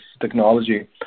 technology